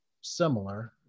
similar